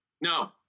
No